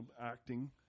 acting